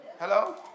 Hello